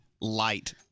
light